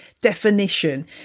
definition